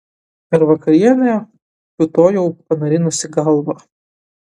per vakarienę kiūtojau panarinusi galvą